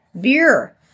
beer